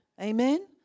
Amen